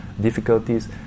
difficulties